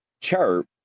chirp